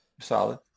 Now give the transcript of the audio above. solid